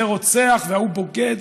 זה רוצח וההוא בוגד,